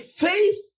faith